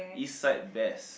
east side best